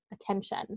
attention